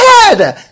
head